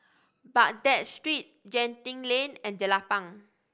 Baghdad Street Genting Lane and Jelapang